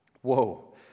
Whoa